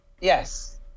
Yes